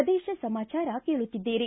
ಪ್ರದೇಶ ಸಮಾಚಾರ ಕೇಳುತ್ತಿದ್ದೀರಿ